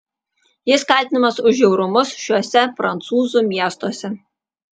jis kaltinamas už žiaurumus šiuose prancūzų miestuose